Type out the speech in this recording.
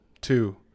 Two